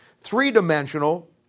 Three-dimensional